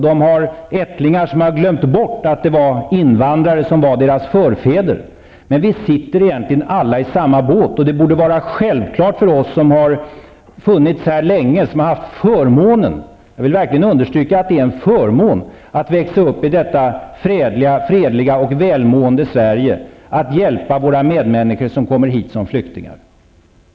De har ättlingar som har glömt bort att deras förfäder var invandrare. Vi sitter alla i samma båt. Det borde vara självklart för oss som har funnits här länge och som haft förmånen -- jag vill verkligen understryka att det är en förmån -- att växa upp i detta fredliga och välmående Sverige att hjälpa människor som har kommit hit såsom flyktingar.